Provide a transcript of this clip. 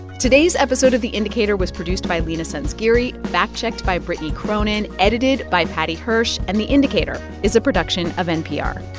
today's episode of the indicator was produced by leena sanzgiri, fact checked by brittany cronin, edited by paddy hirsch. and the indicator is a production of npr